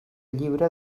lliure